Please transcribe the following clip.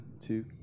two